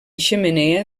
xemeneia